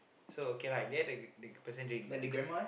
so okay lah and in the end the the person drink but that